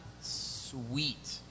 sweet